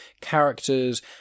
characters